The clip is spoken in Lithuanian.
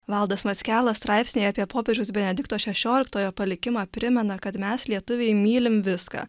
valdas mackela straipsnyje apie popiežiaus benedikto šešioliktojo palikimą primena kad mes lietuviai mylim viską